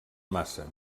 massa